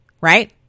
Right